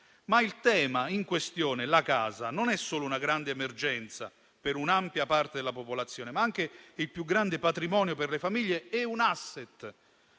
Il tema in questione, la casa, non è solo una grande emergenza per un'ampia parte della popolazione, ma anche il più grande patrimonio per le famiglie e un *asset*